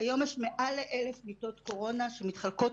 היום יש מעל ל-1,000 מיטות קורונה שמתחלקות,